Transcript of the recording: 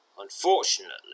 Unfortunately